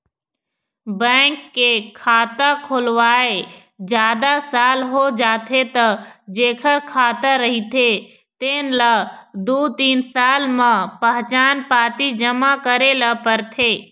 bank के खाता खोलवाए जादा साल हो जाथे त जेखर खाता रहिथे तेन ल दू तीन साल म पहचान पाती जमा करे ल परथे